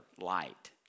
light